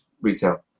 retail